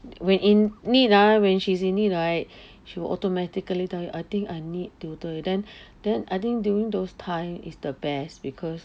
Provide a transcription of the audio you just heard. when in need ah when she is in need right she will automatically tell you I think I need tutor then then I think during those time is the best because